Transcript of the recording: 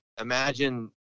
imagine